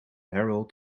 herald